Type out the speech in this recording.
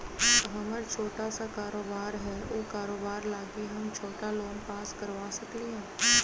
हमर छोटा सा कारोबार है उ कारोबार लागी हम छोटा लोन पास करवा सकली ह?